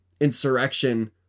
insurrection